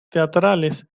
teatrales